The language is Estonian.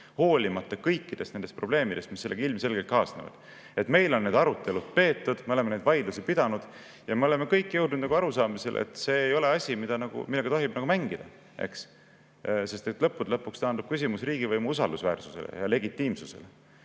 hoolimata kõikidest nendest probleemidest, mis sellega ilmselgelt kaasnevad, et meil on need arutelud peetud, me oleme neid vaidlusi pidanud ja me oleme kõik jõudnud arusaamisele, et see ei ole asi, millega tohib mängida, et lõppude lõpuks taandub küsimus riigivõimu usaldusväärsusele ja legitiimsusele.